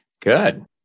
Good